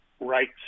Right